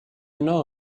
know